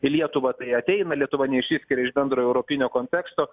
į lietuvą tai ateina lietuva neišsiskiria iš bendro europinio konteksto